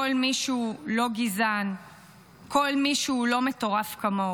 כל מי שהוא לא גזען, כל מי שהוא לא מטורף כמוהו.